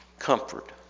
comfort